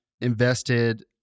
invested